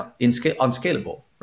unscalable